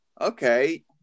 Okay